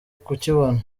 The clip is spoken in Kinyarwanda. kukibona